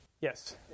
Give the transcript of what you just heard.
Yes